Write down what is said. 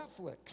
Netflix